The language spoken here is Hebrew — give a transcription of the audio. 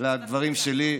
לדברים שלי.